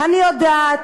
אני יודעת,